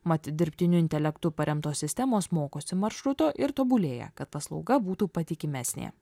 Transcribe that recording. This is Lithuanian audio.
mat dirbtiniu intelektu paremtos sistemos mokosi maršruto ir tobulėja kad paslauga būtų patikimesnė